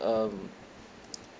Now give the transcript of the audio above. um